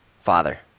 father